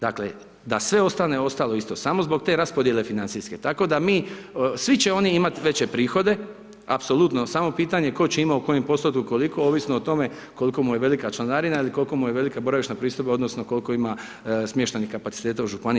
Dakle, da sve ostane isto, samo zbog te raspodjele financijske, tako da mi, svi će oni imati veće prihode, apsolutno, samo je pitanje tko će imati u kojem postotku koliko, ovisno o tome, kolika mu je velike članarina, ili kolika mu je velika boravišna pristojba, odnosno, koliko ima smještenih kapaciteta u županiji.